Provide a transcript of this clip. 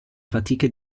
fatiche